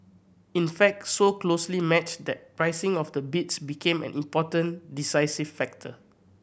in fact so closely matched that pricing of the bids became an important decisive factor